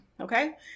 okay